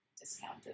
discounted